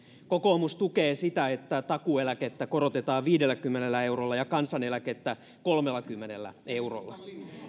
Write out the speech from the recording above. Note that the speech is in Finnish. kokoomus tukee sitä että takuueläkettä korotetaan viidelläkymmenellä eurolla ja kansaneläkettä kolmellakymmenellä eurolla